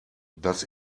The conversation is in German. das